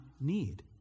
need